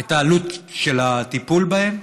את העלות של הטיפול בהם,